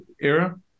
era